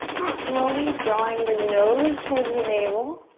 slowly drawing the nose towards the navel.